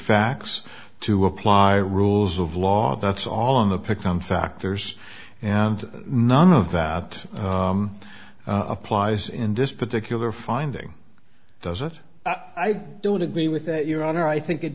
facts to apply rules of law that's all on the pick on factors and none of that applies in this particular finding does it i don't agree with that your honor i think it